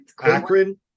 Akron